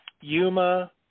Yuma